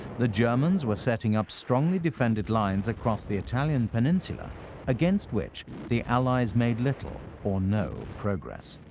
the germans were setting up strongly defended lines across the italian peninsula against which the allies made little or no progress.